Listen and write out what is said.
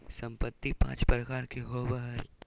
संपत्ति पांच प्रकार के होबो हइ